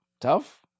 tough